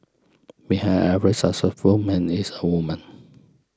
behind every successful man is a woman